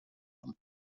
dem